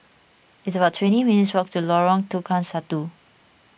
it's about twenty minutes' walk to Lorong Tukang Satu